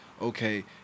okay